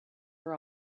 are